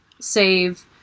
save